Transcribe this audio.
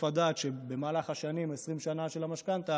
הדעת שלפיה במהלך 20 שנה של המשכנתה